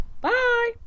Bye